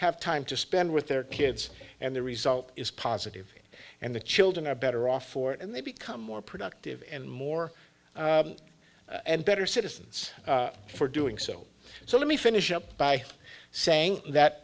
have time to spend with their kids and the result is positive and the children are better off for it and they become more productive and more and better citizens for doing so so let me finish up by saying that